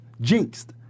jinxed